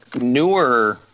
newer